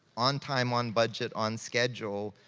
on time, on budget, on schedule,